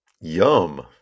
Yum